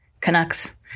Canucks